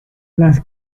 las